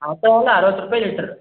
ಅಂಥವೆಲ್ಲ ಅರವತ್ತು ರೂಪಾಯಿ ಲೀಟ್ರ್